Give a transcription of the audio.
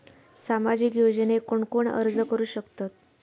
सामाजिक योजनेक कोण कोण अर्ज करू शकतत?